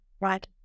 right